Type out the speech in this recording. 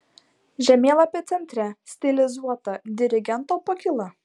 žemėlapio centre stilizuota dirigento pakyla